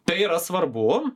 tai yra svarbu